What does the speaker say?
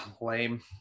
lame